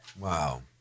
Wow